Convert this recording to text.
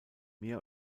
mehr